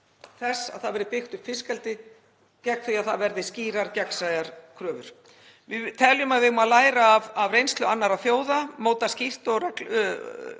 þess að byggt verði upp fiskeldi gegn því að það verði skýrar, gegnsæjar kröfur. Við teljum að við eigum að læra af reynslu annarra þjóða, móta skýrt